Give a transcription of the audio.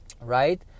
Right